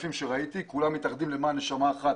כולם התאחדו למען נשמה אחת